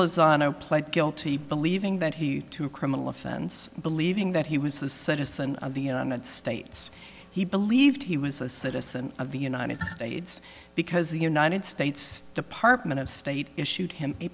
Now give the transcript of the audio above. lozano pled guilty believing that he too a criminal offense believing that he was a citizen of the united states he believed he was a citizen of the united states because the united states department of state issued him a